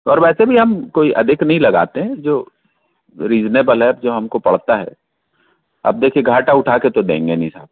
और वैसे भी हम कोई अधिक नहीं लगते हैं जो रीजनेबल है जो हमको पड़ता है अब देखिए घाटा उठा के तो देंगे नहीं साहब